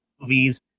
movies